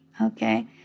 okay